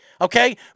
Okay